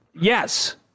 Yes